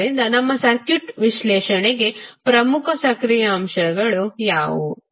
ಆದ್ದರಿಂದ ನಮ್ಮ ಸರ್ಕ್ಯೂಟ್ ವಿಶ್ಲೇಷಣೆಗೆ ಪ್ರಮುಖವಾದ ಸಕ್ರಿಯ ಅಂಶಗಳು ಯಾವುವು